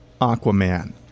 Aquaman